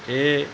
ਇਹ